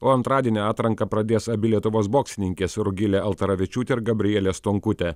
o antradienį atranką pradės abi lietuvos boksininkės rugilė altaravičiutė ir gabrielė stonkutė